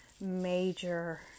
major